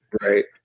Right